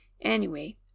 Anyway